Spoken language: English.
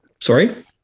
Sorry